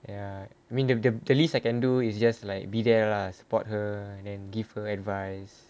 ya I mean the the least I can do is just like be there lah support her and then give her advice